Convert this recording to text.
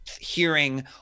hearing